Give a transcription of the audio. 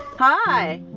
hi.